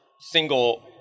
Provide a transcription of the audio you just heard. single